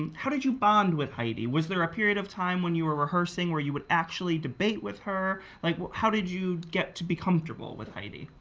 and how did you bond with heidi was there a period of time when you were rehearsing where you would actually debate with her? like how did you get to be comfortable with heidi?